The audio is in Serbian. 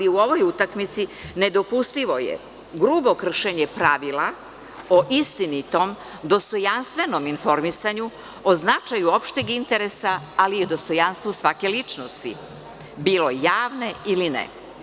U ovoj utakmici nedopustivo je grubo kršenje pravila o istinitom, dostojanstvenom informisanju, o značaju opšteg interesa, ali i o dostojanstvu svake ličnosti, bilo javne ili ne.